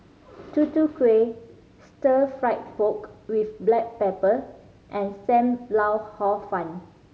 Tutu Kueh Stir Fried Pork With Black Pepper and Sam Lau Hor Fun